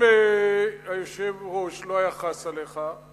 אם היושב-ראש לא היה חס עליך,